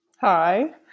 Hi